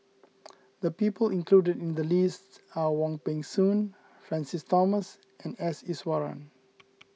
the people included in the list are Wong Peng Soon Francis Thomas and S Iswaran